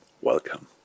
Welcome